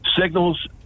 signals